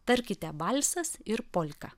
tarkite valsas ir polka